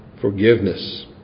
forgiveness